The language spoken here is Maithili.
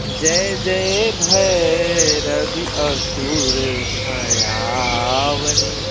जय जय भैरवि असुर भयाउनि